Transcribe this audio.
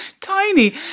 tiny